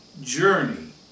journey